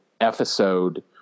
episode